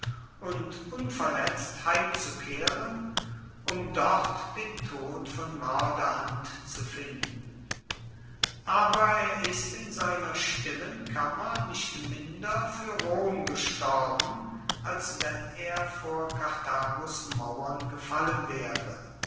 und unverletzt heimzukehren um dort den tod von mörderhand zu finden aber er ist in seiner stillen kammer nicht minder für rom gestorben als wenn er vor karthagos mauern gefallen wäre